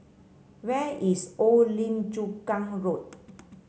where is Old Lim Chu Kang Road